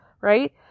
right